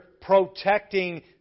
protecting